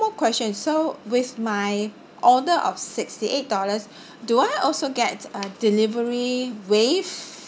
more question so with my order of sixty eight dollars do I also get uh delivery waive